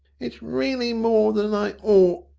it's reely more than i ought